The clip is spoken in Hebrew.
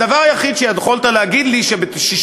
הדבר היחיד שיכולת להגיד לי הוא שבתוך